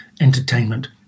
entertainment